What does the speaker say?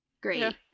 great